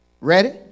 Ready